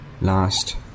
last